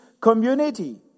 community